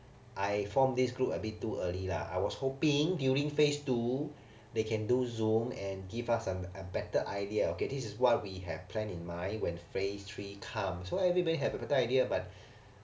I form this group a bit too early lah I was hoping during phase two they can do zoom and give us a better idea okay this is what we have planned in mind when phrase three come so everybody have a better idea but